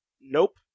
Nope